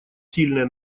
сильное